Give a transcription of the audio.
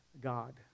God